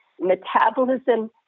metabolism